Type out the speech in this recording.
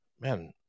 man